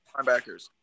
linebackers